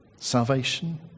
Salvation